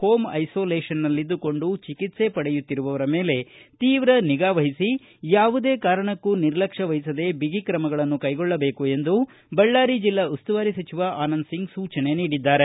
home ಐಸೋಲೇಶನ್ನಲ್ಲಿದ್ದುಕೊಂಡು ಚಿಕಿತ್ಸೆ ಪಡೆಯುತ್ತಿರುವವರ ಮೇಲೆ ತೀವ್ರ ನಿಗಾವಹಿಸಿ ಯಾವುದೇ ಕಾರಣಕ್ಕೂ ನಿರ್ಲಕ್ಷ ್ಯಮಿಸದೇ ಬಿಗಿ ಕ್ರಮಗಳನ್ನು ಕೈಗೊಳ್ಳಬೇಕು ಎಂದು ಬಳ್ಳಾರಿ ಜಿಲ್ಲಾ ಉಸ್ತುವಾರಿ ಸಚಿವ ಆನಂದಸಿಂಗ್ ಸೂಚನೆ ನೀಡಿದ್ದಾರೆ